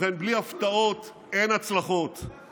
ובכן, בלי הפתעות אין הצלחות, אתה חלש.